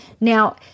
Now